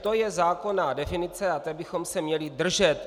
To je zákonná definice a té bychom se měli držet.